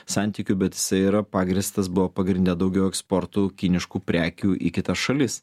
santykių bet jisai yra pagrįstas buvo pagrindine daugiau eksportu kiniškų prekių į kitas šalis